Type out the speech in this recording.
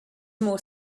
more